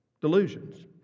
Delusions